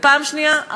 ופעם שנייה,